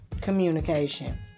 communication